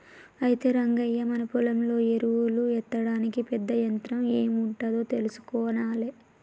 అయితే రంగయ్య మన పొలంలో ఎరువులు ఎత్తడానికి పెద్ద యంత్రం ఎం ఉంటాదో తెలుసుకొనాలే